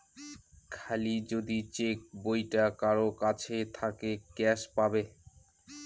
খালি যদি চেক বইটা কারোর কাছে থাকে ক্যাস পাবে